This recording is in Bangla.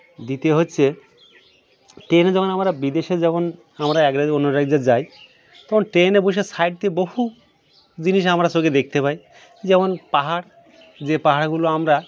দ্বিতীয় হচ্ছে ট্রেনে যখন আমরা বিদেশে যখন আমরা এক রাজ্য থেকে অন্য রাজ্যে যাই তখন ট্রেনে বসে সাইড দিয়ে বহু জিনিস আমরা চোখে দেখতে পাই যেমন পাহাড় যে পাহাড়গুলো আমরা